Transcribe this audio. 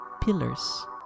Pillars